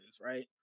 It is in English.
right